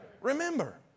Remember